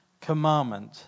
commandment